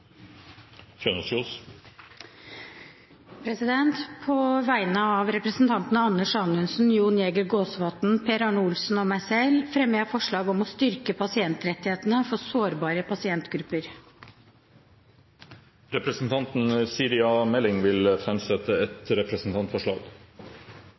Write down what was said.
På vegne av representantene Anders Anundsen, Jon Jæger Gåsvatn, Per Arne Olsen og meg selv fremmer jeg forslag om å styrke pasientrettighetene for sårbare pasientgrupper. Representanten Siri A. Meling vil framsette et